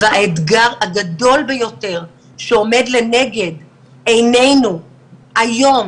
האתגר הגדול ביותר שעומד לנגד עינינו היום